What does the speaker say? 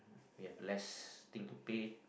you have less thing to pay